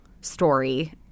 story